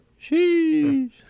Sheesh